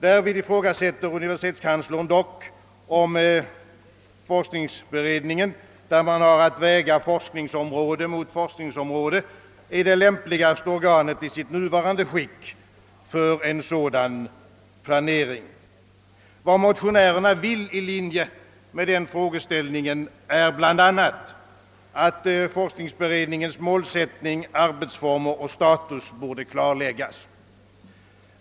Därvid ifrågasätter universitetskanslern dock, om forskningsberedningen, där man har att väga forskningsområde mot forskningsområde, är det lämpligaste organet i sitt nuvarande skick för en sådan planering. Vad motionärerna önskar i linje med den frågeställningen är bl.a., att forskningsberedningens målsättning, arbetsformer och status klarlägges.